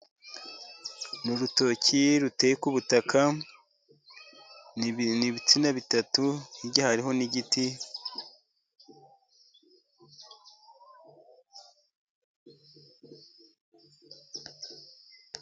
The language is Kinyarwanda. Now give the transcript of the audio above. Ni urutoki ruteye ku butaka, ni ibitsina bitatu, hirya hariho n' igiti.